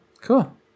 Cool